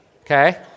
Okay